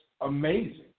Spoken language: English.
amazing